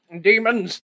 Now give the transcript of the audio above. demons